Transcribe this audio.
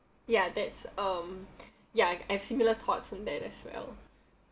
ya that's um ya I've similar thoughts on that as well